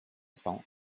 cents